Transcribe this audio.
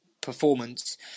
performance